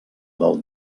del